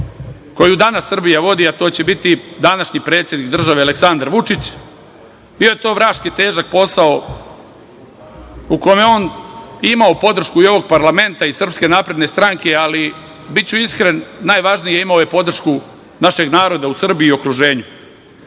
koju danas Srbija vodi, a to će biti današnji predsednik države Aleksandar Vučić. Bio je to vraški i težak posao u kome je on imao podršku i ovog parlamenta i SNS, ali biću iskren, najvažnije, imao je podršku našeg naroda u Srbiji i okruženju. Biće